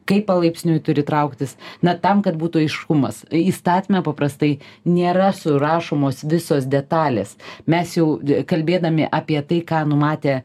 kaip palaipsniui turi trauktis na tam kad būtų aiškumas įstatyme paprastai nėra surašomos visos detalės mes jau kalbėdami apie tai ką numatė